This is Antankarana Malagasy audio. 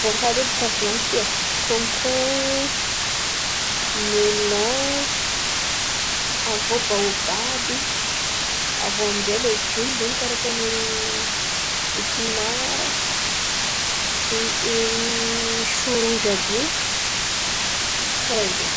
voankazo edy volan̈ino ty ai: kônokôno, melan, avô baobaby. Avô amin'jay legioma zen̈y karà ataon̈'ery epinara ery shoio roiogy àby io, karà zen̈y.